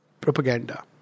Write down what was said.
propaganda